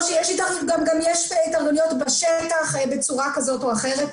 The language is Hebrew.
או שיש גם התארגנויות בשטח בצורה כזאת או אחרת.